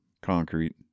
concrete